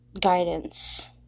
guidance